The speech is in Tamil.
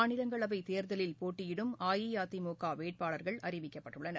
மாநிலங்களவைதேர்தலில் போட்டியிடும் அஇஅதிமுகவேட்பாளர்கள் அறிவிக்கப்பட்டுள்ளனர்